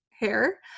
hair